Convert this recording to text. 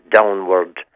downward